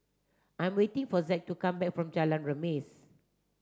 I am waiting for Zack to come back from Jalan Remis